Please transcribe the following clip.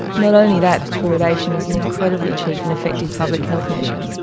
not only that but fluoridation is an incredibly cheap and effective public health measure.